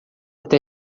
até